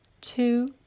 two